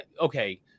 okay